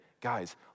guys